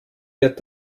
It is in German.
wird